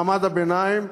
ומעמד הביניים,